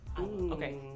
okay